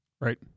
right